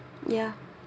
ya